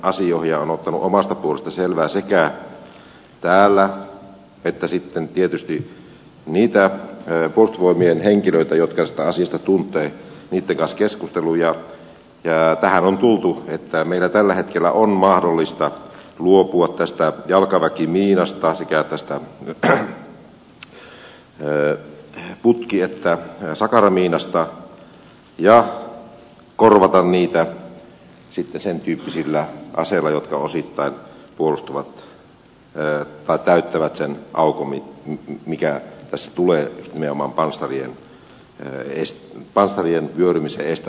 olen ottanut omasta puolestani tästä selvää sekä täällä että tietysti niiltä puolustusvoimien henkilöiltä jotka tätä asiaa tuntevat heidän kanssaan keskustellut ja tähän on tultu että meidän tällä hetkellä on mahdollista luopua jalkaväkimiinoista sekä putki että sakaramiinoista ja korvata ne sen tyyppisillä aseilla jotka osittain täyttävät sen aukon mikä tässä tulee nimenomaan panssarien vyörymisen estämiseksi tänne suomeen